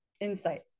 Insight